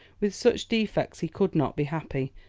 with such defects he could not be happy,